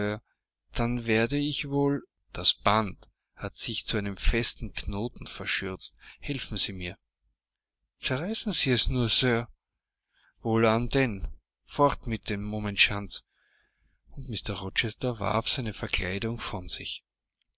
dann werde ich wohl das band hat sich zu einem festen knoten verschürzt helfen sie mir zerreißen sie es nur sir wohlan denn fort mit dem mummenschanz und mr rochester warf seine verkleidung von sich